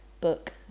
book